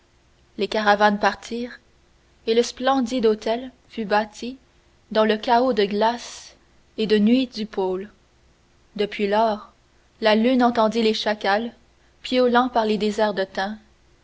les caravanes partirent et le splendide hôtel fut bâti dans le chaos de glaces et de nuit du pôle depuis lors la lune entendit les chacals piaulant par les déserts de